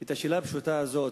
את השאלה הפשוטה הזאת,